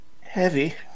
heavy